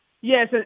Yes